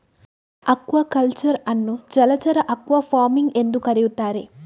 aquaculture ಅನ್ನು ಜಲಚರ aquafarming ಎಂದೂ ಕರೆಯುತ್ತಾರೆ